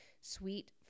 sweet